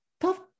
tough